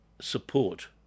support